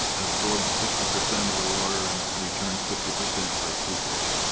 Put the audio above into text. absorbs fifty percent of the water and returns fifty percent by seepage.